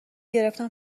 گرفتم